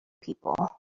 people